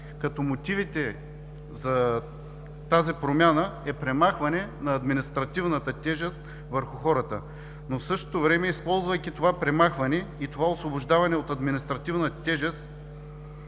като мотив за тази промяна е премахване на административната тежест върху хората. В същото време обаче, използвайки това премахване и освобождаване от административната тежест,